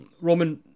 Roman